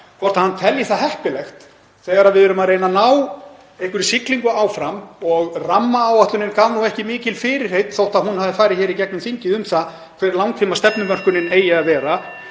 hvort hann telji það heppilegt, þegar við erum að reyna að ná einhverri siglingu áfram og rammaáætlunin gaf ekki mikil fyrirheit, þótt hún hafi farið í gegnum þingið, um það hver langtímastefnumörkun eigi að vera,